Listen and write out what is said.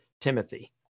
Timothy